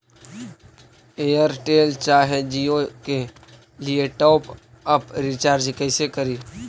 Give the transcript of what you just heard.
Airtel चाहे जियो के लिए टॉप अप रिचार्ज़ कैसे करी?